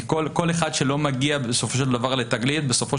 כל אחד שלא מגיע בסופו של דבר ל'תגלית' בסופו